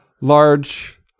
large